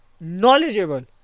knowledgeable